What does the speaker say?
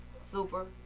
Super